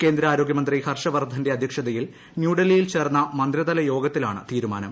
കേന്ദ്ര ആരോഗ്യമന്ത്രി ഹർഷ വർധന്റെ അധ്യക്ഷതയിൽ ന്യൂഡൽഹിയിൽ ചേർന്ന മന്ത്രിതല യോഗത്തിലാണ് തീരുമാനം